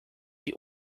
die